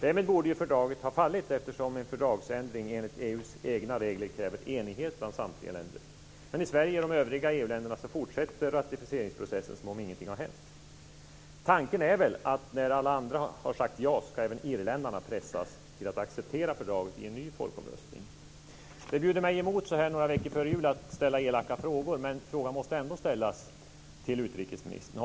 Därmed borde fördraget ha fallit eftersom en fördragsändring enligt EU:s egna regler kräver enighet av samtliga länder. Men i Sverige och de övriga EU-länderna fortsätter ratificeringsprocessen som om ingenting har hänt. Tanken är väl att när alla andra har sagt ja, ska även irländarna pressas till att acceptera fördraget i en ny folkomröstning. Det bjuder mig emot att så här några veckor före jul ställa elaka frågor, men denna fråga måste ändå ställas till utrikesministern.